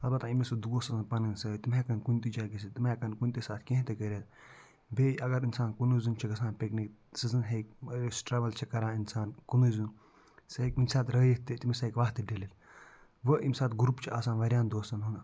البتہٕ ییٚمِس وۄنۍ دوس آسَن پَنٕنۍ سۭتۍ تِم ہٮ۪کَن کُنہِ تہِ جایہِ گٔژھِتھ تِم ہٮ۪کَن کُنہِ تہِ ساتہٕ کیٚنٛہہ تہِ کٔرِتھ بیٚیہِ اگر اِنسان کُنُے زوٚن چھِ گژھان پِکنِک سُہ زَنہٕ ہیٚکہِ أسۍ ٹرٛاوٕل چھِ کران اِنسان کُنُے زوٚن سُہ ہیٚکہِ کُنہِ ساتہٕ رٲیِتھ تہِ تٔمِس ہٮ۪کہِ وَتھ تہِ ڈٔلِتھ وۄنۍ ییٚمہِ ساتہٕ گرٛوپ چھِ آسان واریاہَن دوستَن ہُنٛد